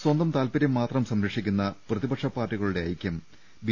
സ്വന്തം താല്പര്യം മാത്രം സംര ക്ഷിക്കുന്ന പ്രതിപക്ഷ പാർട്ടികളുടെ ഐകൃം ബി